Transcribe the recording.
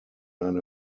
eine